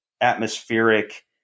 atmospheric